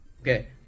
okay